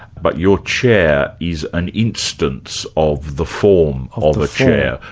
but your chair is an instance of the form of a chair,